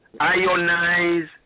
ionize